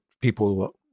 people